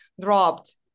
dropped